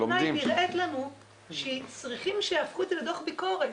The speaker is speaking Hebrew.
היא נראית לנו שצריכים שיהפכו את זה לדוח ביקורת.